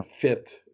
fit